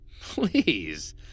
Please